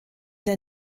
der